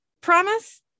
Promise